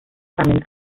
famine